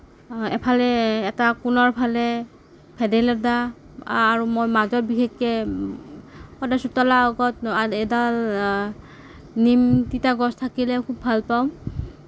এফালে এটা কোণৰ ফালে ভেদাইলতা আৰু মই মাজত বিশেষকে সদায় চোতালৰ আগত এডাল নিম তিতা গছ থাকিলে খুউব ভাল পাওঁ